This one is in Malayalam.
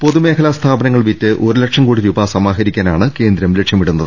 പൊതു മേഖലാ സ്ഥാപനങ്ങൾ വിറ്റ് ഒരു ലക്ഷം കോടി രൂപ സമാഹ രിക്കാനാണ് കേന്ദ്രം ലക്ഷ്യമിടുന്നത്